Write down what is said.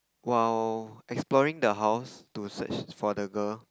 while exploring the house to search for the girl